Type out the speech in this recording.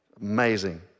amazing